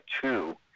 two